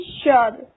sure